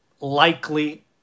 likely